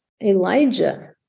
Elijah